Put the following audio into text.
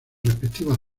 respectivas